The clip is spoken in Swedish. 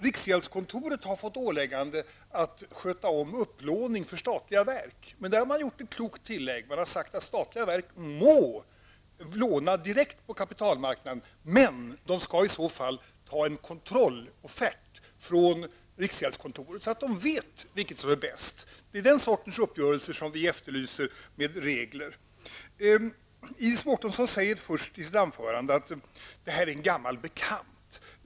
Riksgäldskontoret har fått åläggande att sköta om upplåningen för statliga verk, men där har man gjort ett klokt tillägg. Man har sagt att statliga verk må låna direkt på kapitalmarknaden, men de skall i så fall ta en kontrolloffert från riksgäldskontoret, så att de vet vilket som är bäst. Det är den sortens uppgörelser som vi efterlyser med regler. Iris Mårtensson säger först att det här är en gammal bekant.